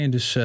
Dus